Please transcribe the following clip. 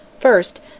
first